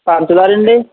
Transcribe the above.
పంచదారండి